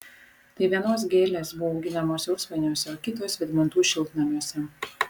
tai vienos gėlės buvo auginamos josvainiuose o kitos vydmantų šiltnamiuose